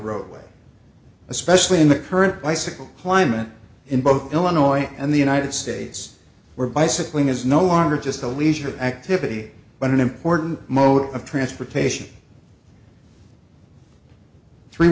roadway especially in the current bicycle climate in both illinois and the united states where bicycling is no longer just a leisure activity but an important mode of transportation three